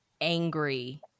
angry